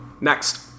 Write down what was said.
Next